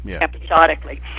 episodically